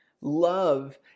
love